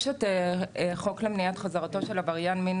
יש חוק למניעת חזרתו של עבריין מין